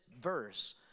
verse